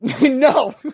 No